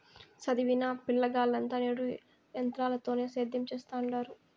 సదివిన పిలగాల్లంతా నేడు ఎంత్రాలతోనే సేద్యం సెత్తండారు